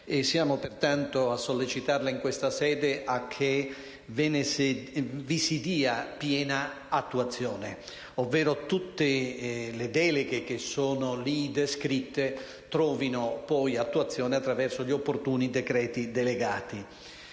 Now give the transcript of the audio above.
siamo pertanto a sollecitarla in questa sede a che vi si dia piena attuazione, ovvero che tutte le deleghe che sono in esso descritte trovino attuazione attraverso gli opportuni decreti delegati.